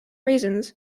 reasons